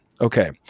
Okay